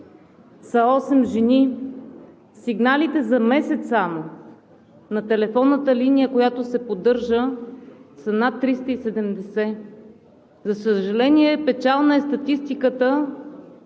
са 8 жени. Сигналите за месец само на телефонната линия, която се поддържа, са над 370. За съжаление, печална е статистиката